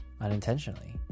unintentionally